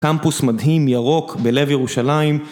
קמפוס מדהים ירוק בלב ירושלים.